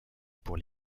pour